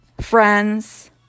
friends